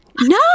No